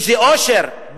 איזה אושר?